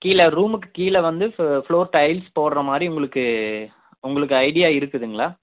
கீழே ரூமுக்கு கீழே வந்து ஃபுளோர் டைல்ஸ் போடுகிற மாதிரி உங்களுக்கு உங்களுக்கு ஐடியா இருக்குதுங்களா